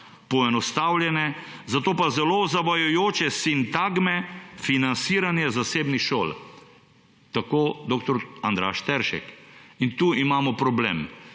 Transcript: poenostavljene, zato pa zelo zavajajoče sintagme financiranje zasebnih šol.« Tako dr. Andraž Teršek. In tu imamo problem,